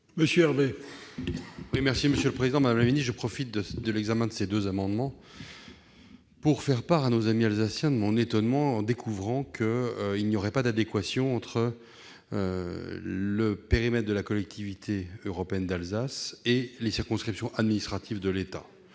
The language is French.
M. Loïc Hervé, pour explication de vote. Je profite de l'examen de ces deux amendements pour faire part à nos amis Alsaciens de mon étonnement en découvrant qu'il n'y aurait pas d'adéquation entre le périmètre de la Collectivité européenne d'Alsace et les circonscriptions administratives de l'État.